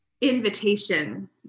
invitation